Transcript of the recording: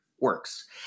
works